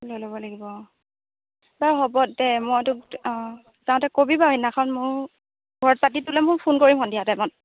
লৈ ল'ব লাগিব অঁ বাৰু হ'ব দে মই তোক অঁ তহঁতে কবি বাৰু সেইদিনাখন মোৰ ঘৰত পাতি পেলাই মোক ফোন কৰিম সন্ধিয়া টাইমত